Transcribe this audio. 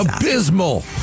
Abysmal